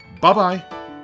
bye-bye